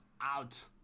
out